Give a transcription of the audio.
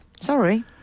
Sorry